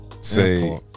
say